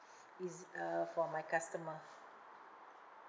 eas~ uh for my customer